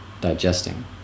digesting